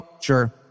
sure